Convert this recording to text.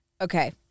Okay